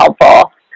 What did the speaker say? helpful